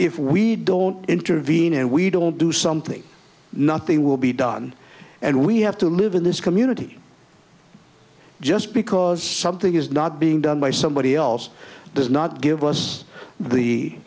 if we don't intervene and we don't do something nothing will be done and we have to live in this community just because something is not being done by somebody else does not give us the